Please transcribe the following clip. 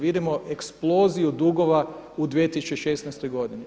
Vidimo eksploziju dugova u 2016. godini.